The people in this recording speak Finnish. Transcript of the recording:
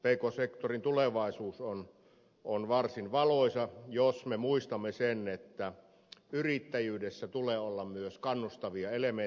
pk sektorin tulevaisuus on varsin valoisa jos me muistamme sen että yrittäjyydessä tulee olla myös kannustavia elementtejä